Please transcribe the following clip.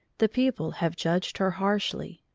the people have judged her harshly,